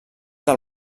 del